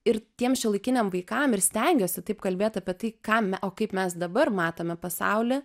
ir tiem šiuolaikiniam vaikam ir stengiuosi taip kalbėt apie tai ką m o kaip mes dabar matome pasaulį